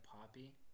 Poppy